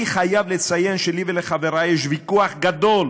אני חייב לציין שלי ולחברי יש ויכוח גדול